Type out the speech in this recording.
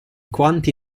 quanti